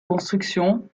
construction